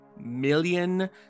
million